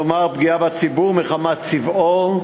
כלומר פגיעה בציבור מחמת צבעו,